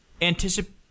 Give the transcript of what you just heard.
anticipate